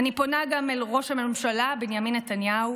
אני פונה גם אל ראש הממשלה בנימין נתניהו,